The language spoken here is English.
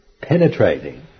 penetrating